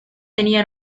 tenía